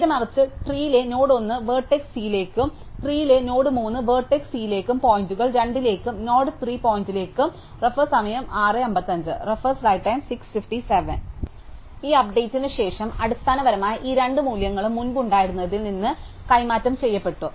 നേരെമറിച്ച് ട്രീ ലെ node 1 vertex സിലേക്കും ട്രീ ലെ നോഡ് 3 വെർട്ടെക്സ് സിലേക്കും പോയിന്റുകൾ 2 ലേക്ക് നോഡ് 3 പോയിന്റുകളിലേക്കും ഈ അപ്ഡേറ്റിന് ശേഷം അടിസ്ഥാനപരമായി ഈ രണ്ട് മൂല്യങ്ങളും മുമ്പ് ഉണ്ടായിരുന്നതിൽ നിന്ന് കൈമാറ്റം ചെയ്യപ്പെട്ടു